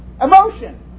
emotion